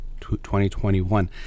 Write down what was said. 2021